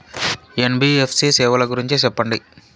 NBFC సేవల గురించి సెప్పండి?